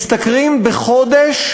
משתכרים בחודש